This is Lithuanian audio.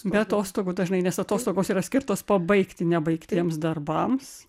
be atostogų dažnai nes atostogos yra skirtos pabaigti nebaigtiems darbams